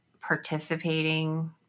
participating